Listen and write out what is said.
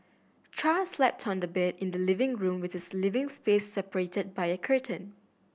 Char slept on a bed in the living room with his living space separated by a curtain